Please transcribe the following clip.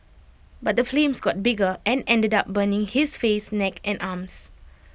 but the flames got bigger and ended up burning his face neck and arms